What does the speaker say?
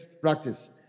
practice